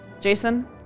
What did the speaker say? Jason